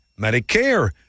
Medicare